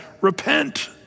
repent